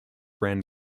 ran